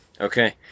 Okay